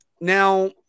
Now